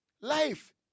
Life